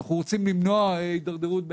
אנחנו רוצים למנוע הידרדרות.